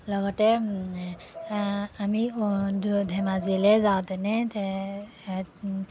লগতে আমি ধেমাজিলৈ যাওঁতেনে এ